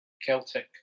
Celtic